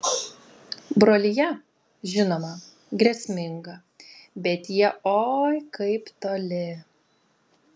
brolija žinoma grėsminga bet jie oi kaip toli